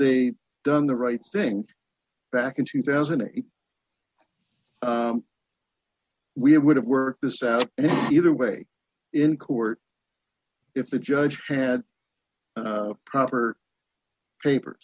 they done the right thing back in two thousand and eight we would have worked this out either way in court if the judge had proper paper